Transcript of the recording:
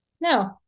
No